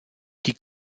die